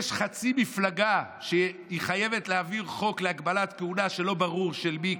יש חצי מפלגה שהיא חייבת להעביר חוק להגבלת כהונה שלא ברור של מי,